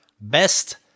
Best